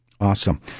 Awesome